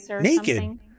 Naked